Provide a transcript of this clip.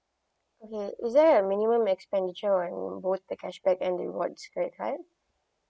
okay is there a minimum expenditure or I mean both the cash back and rewards credit card